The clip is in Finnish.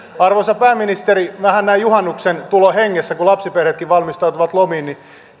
arvoisa pääministeri vähän näin juhannuksen tulon hengessä kun lapsiperheetkin valmistautuvat lomiin